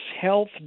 health